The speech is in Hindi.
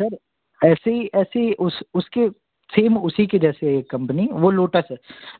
कम्पनी ऐसी ऐसी उस उसके सेम उसी के जैसे है एक कम्पनी वो लोटस है